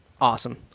Awesome